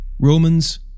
Romans